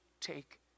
take